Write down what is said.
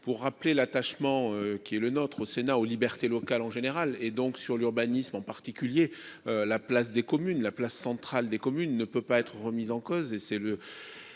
pour rappeler l'attachement qui est le nôtre au Sénat aux libertés locales en général et donc sur l'urbanisme en particulier, la place des communes, la place centrale des communes ne peut pas être remise en cause